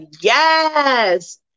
yes